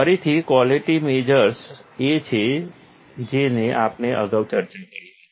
ફરીથી quality measures એ જ છે જેની આપણે અગાઉ ચર્ચા કરી હતી